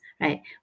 right